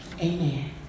Amen